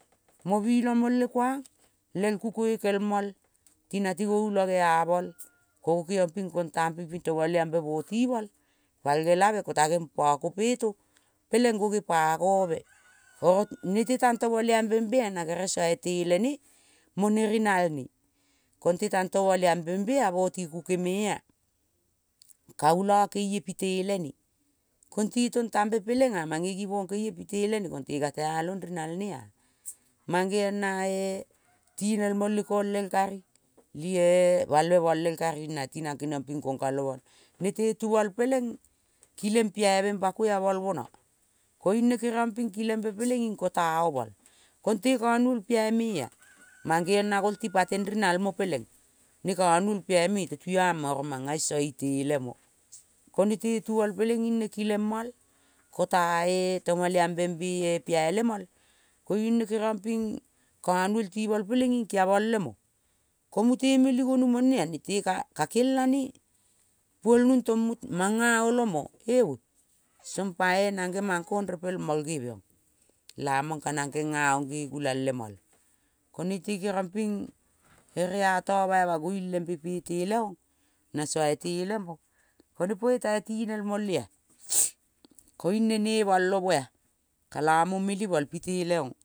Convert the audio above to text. Mo bila mole kuang lel kukoi kel mol tina tigo ulone amol kongo keong ping kontampe ping tomoliambe go timol palgelave ko tange pako pito peleng go ge pagove oro nete tang tomoliambe be-a-na kere sai itele ne mone rinal ne. Konte tang tomoliambe be-a, boti kukoi me a karula keie pite le ne. Konte ka tealong rinal nea-mangeong na-e tinel mole lel kari. Ti-e balbel mol el kari nati nang keniong ping kongkal omal. Nete tu mol peleng kileng piave bako amal mona kileng piave bako amal koiung ne keriong ping kileng be peleng kileng be peleng ing kota omal konte kanuol piai me-a. Mangeong na gol tipateng ri nalmo peleng. Ne kanuol piai me tuama oro manga sai itele mo, ko nete tual peleng ing ne kilem mol kota-e tomoliambe be-e piai le mol koiung ne keriong ping kanuol timol pele-ing kiamol kiamol le mo. Ko mute meli gonu mone-a nete kakelane puolnung tong manga olo mo, eve song pea nangemang kong repelma geviong lamang ka nang kengaong ge gulang lemol ko nete keriong ping ere ata bai ma goiung lempe pete leong na sai itele mo kone kuetai tinel mole-a. Koiung ne nemol omo-a-kola mo meli mol pite leong.